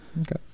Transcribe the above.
okay